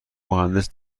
مهندس